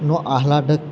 નો આલહાદક